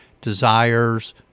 desires